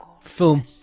film